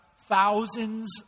thousands